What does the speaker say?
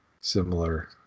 similar